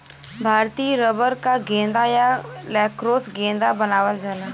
भारतीय रबर क गेंदा या लैक्रोस गेंदा बनावल जाला